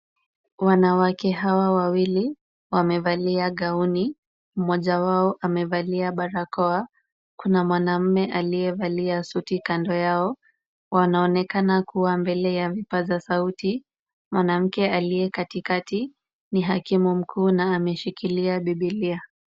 Wanawake hawa wawili wamevalia gauni mojawapo amevalia barakoa, kuna mwanamume aliyevalia suti kando yao, wanaonekana kuwa mbele ya vipaza sauti, mwanamke aliye katikati ni hakimu mkuu na ameshikilia bibilia.